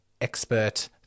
Expert